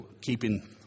keeping